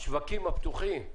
השווקים הפתוחים,